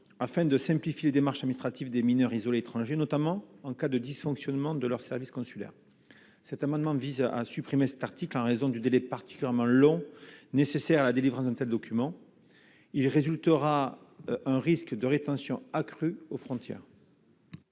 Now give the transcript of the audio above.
afin de simplifier des marchés illustratif des mineurs isolés étrangers, notamment en cas de dysfonctionnement de leurs services consulaires, cet amendement vise à supprimer cet article en raison du délai particulièrement long nécessaire à la délivrance de tels documents il résultera un risque de rétention accrus aux frontières.